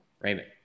Raymond